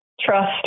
trust